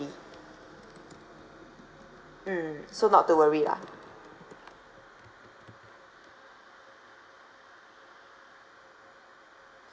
mm so not to worry lah